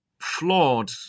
flawed